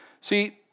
See